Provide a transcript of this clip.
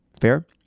Fair